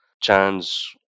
chance